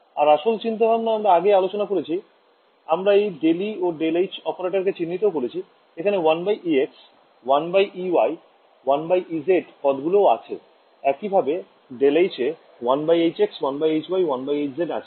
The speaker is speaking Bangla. আর আসল চিন্তাভাবনা আমরা আগেই আলোচনা করেছি আমরা এই ∇e ও ∇h অপারেটর কে চিহ্নিতও করেছি এখানে 1ex 1ey 1ez পদগুলিও আছে একইভাবে ∇h এ 1hx 1hy 1hz আছে